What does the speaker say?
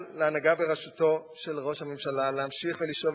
בראשותו של ראש הממשלה להמשיך ולשאוב את